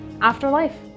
Afterlife